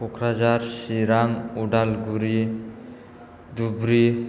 Kokrajhar Chirang Udalguri Dhubri